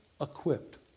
equipped